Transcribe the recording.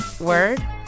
word